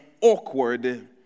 awkward